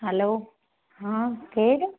hello हां केरु